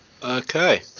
Okay